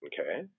okay